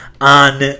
on